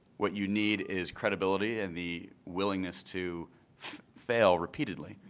what you need is credibility and the willingness to fail repeatedly,